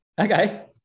okay